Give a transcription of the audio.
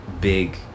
big